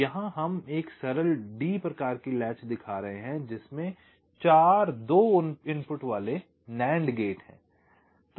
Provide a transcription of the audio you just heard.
तो यहां हम एक सरल D प्रकार की लैच दिखा रहे हैं जिसमें 4 दो इनपुट वाले NAND गेट हैं